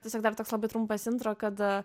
tiesiog dar toks labai trumpas intro kad